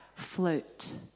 float